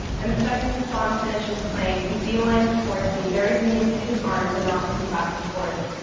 and the second the song finishes playing, he beelines towards me, buries me into his arms and rocks me back and forth.